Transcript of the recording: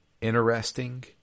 interesting